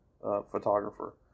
photographer